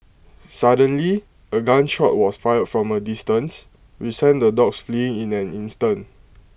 suddenly A gun shot was fired from A distance which sent the dogs fleeing in an instant